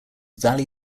valley